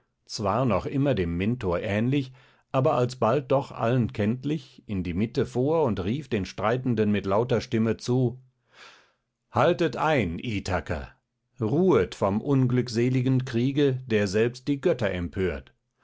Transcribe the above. zwar noch immer dem mentor ähnlich aber alsbald doch allen kenntlich in die mitte vor und rief den streitenden mit lauter stimme zu haltet ein ithaker ruhet vom unglückseligen kriege der selbst die götter empört